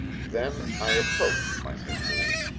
then i approached my mystery.